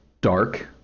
dark